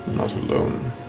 not alone.